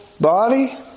body